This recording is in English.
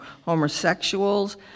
homosexuals